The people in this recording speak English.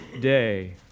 day